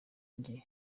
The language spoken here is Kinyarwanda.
njye